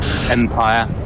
Empire